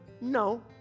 no